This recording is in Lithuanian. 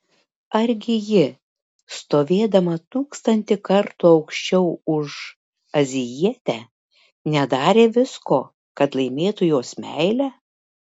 argi ji stovėdama tūkstantį kartų aukščiau už azijietę nedarė visko kad laimėtų jos meilę